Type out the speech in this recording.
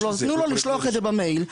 תנו לו לשלוח את זה במייל.